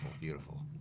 beautiful